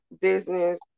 business